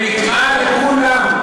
ונלמד,